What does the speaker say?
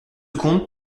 secondes